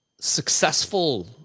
successful